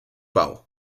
bau